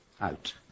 out